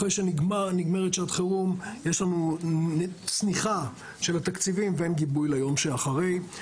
אחרי שנגמרת שעת חירום יש לנו צניחה של התקציבים ואין גיבוי ליום שאחרי.